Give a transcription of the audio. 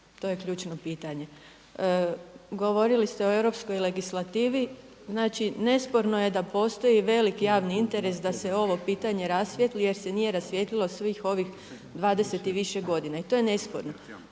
To je ključno pitanje. Govorili ste o europskoj legislativi, znači nesporno je da postoji velik javni interes da se ovo pitanje rasvijetli jer se nije rasvijetlilo svih ovih dvadeset i više godina. I to je nesporno.